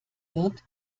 wird